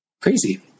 crazy